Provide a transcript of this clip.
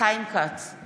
חיים כץ,